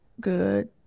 good